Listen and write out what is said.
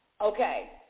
okay